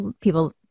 people